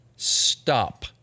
stop